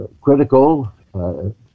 critical